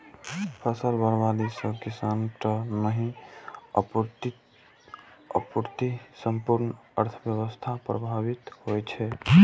फसल बर्बादी सं किसाने टा नहि, अपितु संपूर्ण अर्थव्यवस्था प्रभावित होइ छै